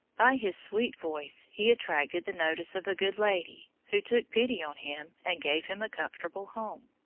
by his sweet voice he attracted the notice of a good lady, who took pity on him and gave him a comfortable home.